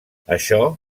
això